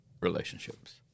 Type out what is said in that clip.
relationships